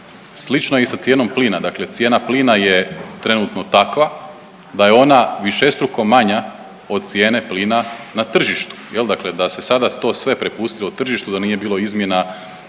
Slično je i sa cijenom plina, dakle cijena plina je trenutno takva da je ona višestruko manja od cijene plina na tržištu, jel dakle da se sada to sve prepustilo tržištu, da nije bilo izmjena